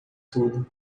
tudo